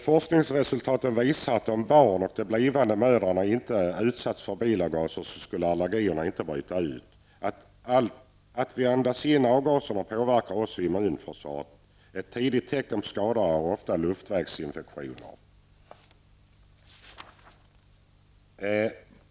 Forskningsresultat visar att om barn och blivande mödrar inte utsattes för bilavgaser, skulle allergier heller inte bryta ut. Vår inandning av avgaser påverkar också immunförsvaret. Om man ofta har luftvägsinfektioner är det ett tidigt tecken på skador.